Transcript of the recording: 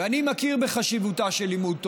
ואני מכיר בחשיבותו של לימוד תורה,